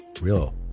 Real